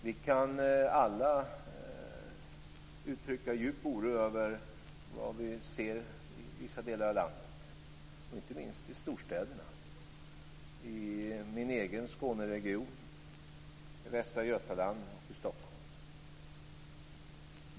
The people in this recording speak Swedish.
Vi kan alla uttrycka djup oro över vad vi ser i vissa delar av landet, inte minst i storstäderna, i min egen Skåneregion, i Västra Götaland och i Stockholm.